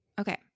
Okay